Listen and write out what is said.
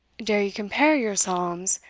dare you compare your psalms,